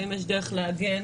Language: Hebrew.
האם יש דרך להגן